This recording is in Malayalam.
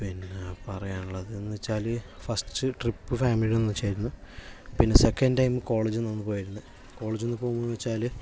പിന്നെ പറയാനുള്ളതെന്ന് വെച്ചാല് ഫസ്റ്റ് ട്രിപ്പ് ഫാമിലിടെ ഒന്നിച്ചാരുന്നു പിന്നെ സെക്കൻഡ് ടൈം കോളേജിൽ നിന്ന് ഒന്ന് പോയിരുന്നു കോളേജിൽ നിന്ന് പോകുന്നു വച്ചാല്